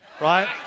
right